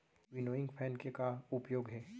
Winnowing fan के का उपयोग हे?